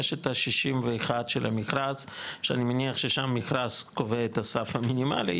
יש את ה-61 של המכרז שאני מניח ששם מכרז קובע את הסף המינימלי,